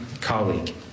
colleague